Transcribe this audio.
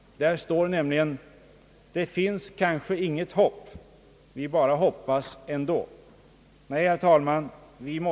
Där står nämligen: »Det finns kanske inget hopp. Vi bara hoppas ändå.»